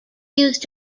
used